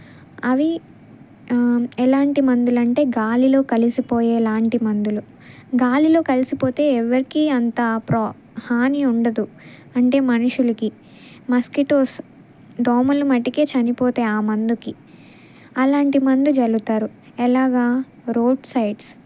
అవి ఎలాంటి మందులంటే గాలిలో కలిసిపోయేలాంటి మందులు గాలిలో కలిసిపోతే ఎవరికి అంత ప్రా హాని ఉండదు అంటే మనుషులకి మస్కిటోస్ దోమలుమటికే చనిపోతాయి ఆ మందుకి అలాంటి మందు జల్లుతారు ఎలాగా రోడ్సైడ్స్